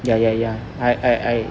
ya ya ya I I I